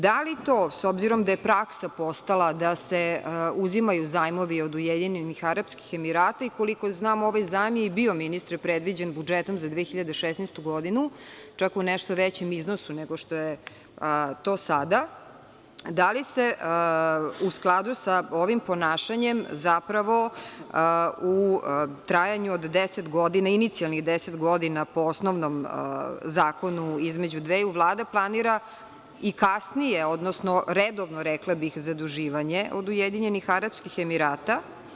Da li to, s obzirom da je praksa postala da se uzimaju zajmovi od Ujedinjenih Arapskih Emirata i, koliko znam, ovaj zajam je i bio, ministre, predviđen budžetom za 2016. godinu, čak u nešto većem iznosu nego što je to sada, da li se, u skladu sa ovim ponašanjem zapravo, u trajanju od 10 godina, inicijalnih 10 godina po osnovnom zakonu između dveju vlada, planira i kasnije, odnosno redovno, rekla bih, zaduživanje od Ujedinjenih Arapskih Emirata?